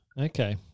Okay